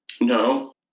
No